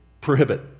prohibit